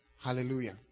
Hallelujah